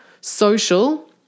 social